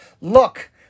look